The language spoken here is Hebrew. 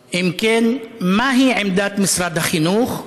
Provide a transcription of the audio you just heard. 2. אם כן, מהי עמדת משרד החינוך?